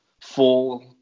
full